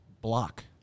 block